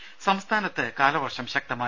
രുമ സംസ്ഥാനത്ത് കാലവർഷം ശക്തമായി